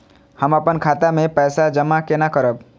हम अपन खाता मे पैसा जमा केना करब?